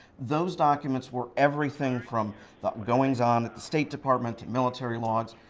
those documents were everything from goings-on at the state department, to military logs,